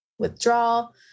withdrawal